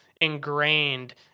ingrained